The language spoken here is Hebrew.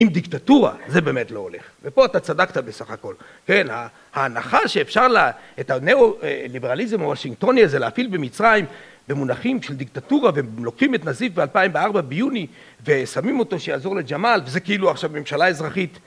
עם דיקטטורה זה באמת לא הולך, ופה אתה צדקת בסך הכל. כן, ההנחה שאפשר את הנאו-ליברליזם הוושינגטוני הזה להפעיל במצרים במונחים של דיקטטורה ולוקחים את נזיף ב2004 ביוני ושמים אותו שיעזור לג'אמל וזה כאילו עכשיו ממשלה אזרחית